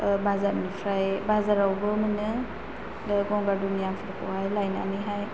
बाजारनिफ्राय बाजारावबो मोनो गंगार दुनियाफोरखौहाय लायनानैहाय